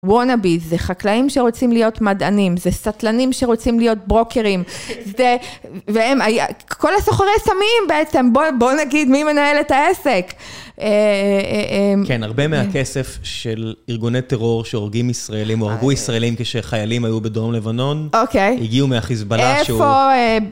וואנבי, זה חקלאים שרוצים להיות מדענים, זה סטלנים שרוצים להיות ברוקרים, והם, והם כל הסוחרי סמים בעצם, בואו נגיד, מי מנהל את העסק? כן, הרבה מהכסף של ארגוני טרור שהורגים ישראלים, או הרגו ישראלים כשחיילים היו בדרום לבנון, אוקיי. הגיעו מהחיזבאללה שהוא... איפה...